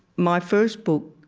my first book,